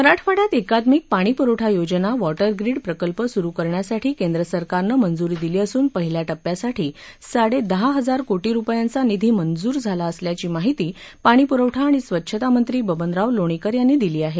मराठवाड्यात एकात्मिक पाणी प्रवठा योजना वॉटरग्रीड प्रकल्प स्रू करण्यासाठी केंद्र सरकारनं मंजूरी दिली असून पहिल्या टप्प्यासाठी साडे दहा हजार कोटी रुपयांचा निधी मंजूर झाला असल्याची माहिती पाणीप्रवठा आणि स्वच्छता मंत्री बबनराव लोणीकर यांनी दिली आहे